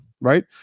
right